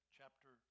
chapter